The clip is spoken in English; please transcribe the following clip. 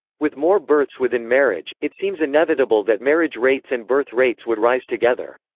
with more births within marriage, it seems inevitable that marriage rates and birth rates would rise together.